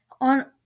on